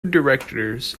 directors